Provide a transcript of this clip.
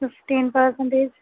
fifteen percentage